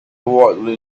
wildly